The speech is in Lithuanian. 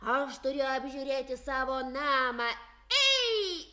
aš turiu apžiūrėti savo namą eik